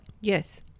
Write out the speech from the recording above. Yes